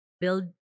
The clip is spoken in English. build